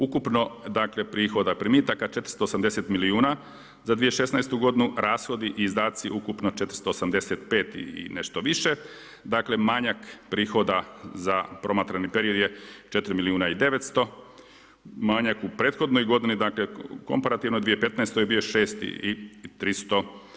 Ukupno dakle, prihoda i primitaka 480 milijuna za 2016. godinu rashodi i izdaci ukupno 485 i nešto više, dakle, manjak prihoda za promatrani period je 4 milijuna i 900, manjak u prethodnoj godini, dakle, komparativno 2015. je bio 6 i 300.